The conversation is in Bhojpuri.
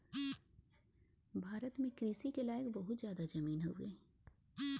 भारत में कृषि के लायक बहुत जादा जमीन हउवे